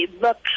look